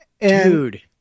Dude